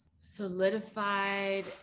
solidified